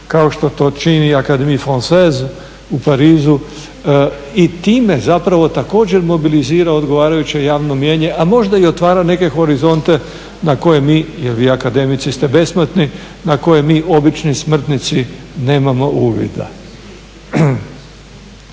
kao što to čini Academie Francoise u Parizu. I time zapravo također mobilizira odgovarajuće javno mnijenje, a možda i otvara neke horizonte na koje mi, jer vi akademici ste besmrtni, na koje mi obični smrtnici nemamo uvida.